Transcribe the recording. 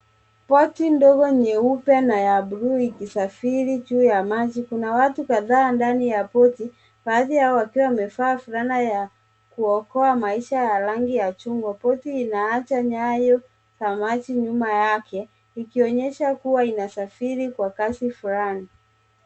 Boti ndogo nyeupe na ya bluu ikisafiri juu ya maji. Kuna watu kadhaa ndani ya boti, baadhi yao wakiwa wamevaa fulana ya kuokoa maisha ya rangi ya chungwa. Boti linaacha nyayo ya maji nyuma yake, likionyesha kuwa inasafiri kwa kasi fulani.